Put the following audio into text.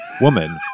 woman